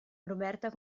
roberta